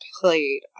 played